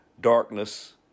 darkness